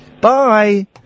Bye